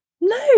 no